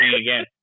again